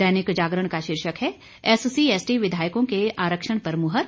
दैनिक जागरण का शीर्षक है एससी एसटी विधायकों के आरक्षण पर मुहर